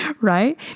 Right